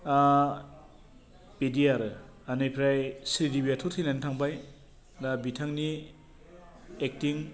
बिदि आरो बिनिफ्राय श्रीदेबियाथ' थैनानै थांबाय दा बिथांनि एकटिं